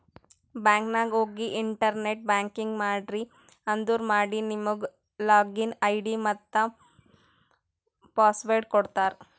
bank ನಾಗ್ ಹೋಗಿ internet banking ಮಾಡ್ರಿ ಅಂದುರ್ ಮಾಡಿ ನಿಮುಗ್ ಲಾಗಿನ್ ಐ.ಡಿ ಮತ್ತ ಪಾಸ್ವರ್ಡ್ ಕೊಡ್ತಾರ್